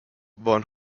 van